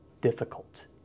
difficult